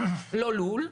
לא לול,